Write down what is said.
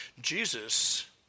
Jesus